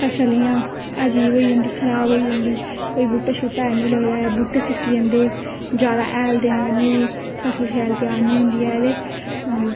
फसल इ'यां अजीब होई जंदी खराब होई जंदी कोई बूहटा शूहटा हैन्नी लगदा ऐ बूहटे सुक्की जंदे जैदा हैल देने कन्नै बी फसल शैल त्यार निं होंदी ऐ ते